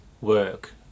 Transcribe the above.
work